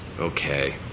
okay